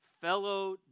fellow